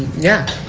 yeah.